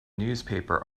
newspaper